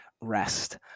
rest